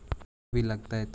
Photo भी लग तै?